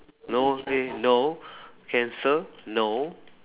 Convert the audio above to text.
no say no cancer no